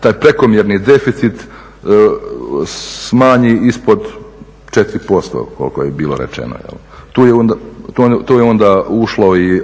taj prekomjerni deficit smanji ispod 4% koliko je bilo rečeno jel'. To je onda ušlo i